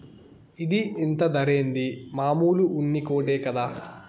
ఇది ఇంత ధరేంది, మామూలు ఉన్ని కోటే కదా